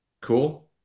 cool